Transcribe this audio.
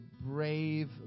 brave